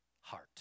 heart